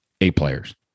A-players